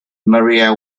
maria